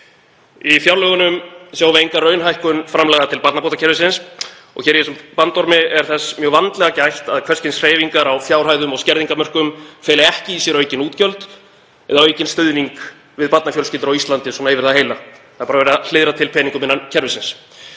Í fjárlögunum sjáum við enga raunhækkun framlaga til barnabótakerfisins og í þessum bandormi er þess mjög vandlega gætt að hvers kyns hreyfingar á fjárhæðum og skerðingarmörkum feli ekki í sér aukin útgjöld eða aukinn stuðning við barnafjölskyldur á Íslandi yfir það heila. Það er bara verið að hliðra til peningum innan kerfisins.